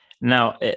Now